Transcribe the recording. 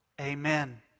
Amen